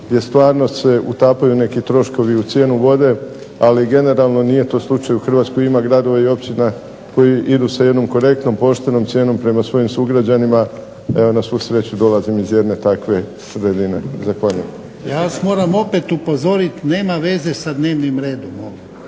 stvarno se utapaju neki troškovi u cijenu vode, ali generalno nije to slučaj u Hrvatskoj, ima gradova i općina koji idu sa jednom konkretnom, poštenom cijenom prema svojim sugrađanima, evo na svu sreću dolazim iz jedne takve sredine. Zahvaljujem. **Jarnjak, Ivan (HDZ)** Ja vas moram opet upozoriti, nema veze sa dnevnim redom